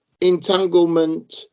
entanglement